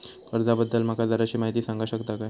कर्जा बद्दल माका जराशी माहिती सांगा शकता काय?